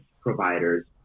providers